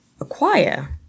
acquire